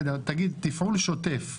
מה זה תפעול שוטף?